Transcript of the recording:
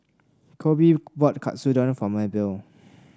Kobe bought Katsudon for Maebelle